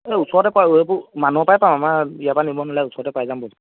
এই ওচৰতে পায় সেইবোৰ মানুহৰ পৰাই পাম আমাৰ ইয়াৰ পৰা নিব নালাগে ওচৰতে পাই যাম